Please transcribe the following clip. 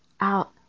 out